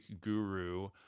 guru